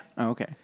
okay